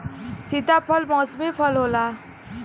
सीताफल मौसमी फल होला